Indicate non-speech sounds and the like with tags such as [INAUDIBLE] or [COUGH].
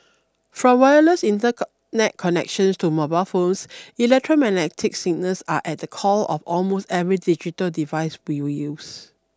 from wireless inter [UNINTELLIGIBLE] net connections to mobile phones electromagnetic signals are at the core of almost every digital device we use